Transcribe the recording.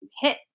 hit